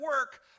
work